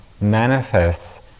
manifests